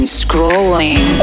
scrolling